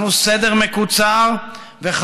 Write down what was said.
וערכנו סדר מקוצר מאוד.